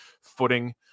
footing